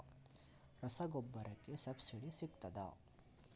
ರಸಗೊಬ್ಬರಕ್ಕೆ ಸಬ್ಸಿಡಿ ಸಿಗ್ತದಾ?